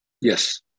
Yes